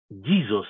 jesus